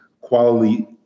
quality